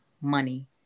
money